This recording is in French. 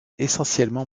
essentiellement